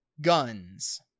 guns